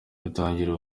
utangira